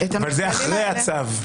אבל זה אחרי הצו.